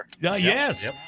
yes